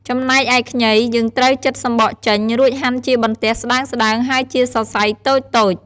ចំណែកឯខ្ញី យើងត្រូវចិតសំបកចេញ រួចហាន់ជាបន្ទះស្ដើងៗ ហើយជាសរសៃតូចៗ។